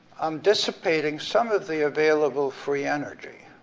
i'm dissipating some of the available free energy,